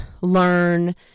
learn